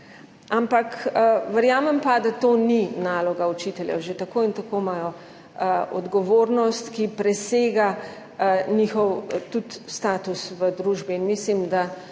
Ampak verjamem pa, da to ni naloga učiteljev. Že tako in tako imajo odgovornost, ki presega tudi njihov status v družbi. In mislim, da